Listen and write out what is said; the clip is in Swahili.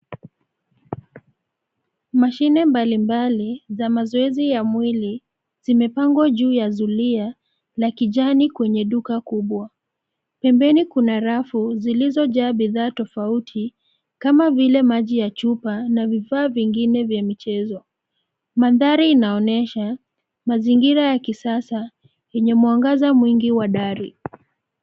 Mashine mbali mbali za mazoezi ya mwili zimepangwa juu ya zulia la kijani kwenye duka kubwa. Pembeni kuna rafu zilizojaa bidhaa tofauti kama vile maji ya chupa na vifaa vingine vya michezo. Mandhari inaonyesha mazingira ya kisasa yenye mwangaza mwingi wa dari.